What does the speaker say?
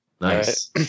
Nice